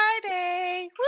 Friday